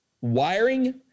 wiring